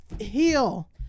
heal